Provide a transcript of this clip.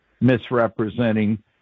misrepresenting